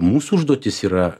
mūsų užduotis yra